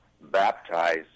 baptize